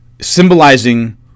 symbolizing